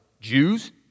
Jews